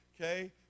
okay